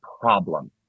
problem